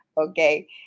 okay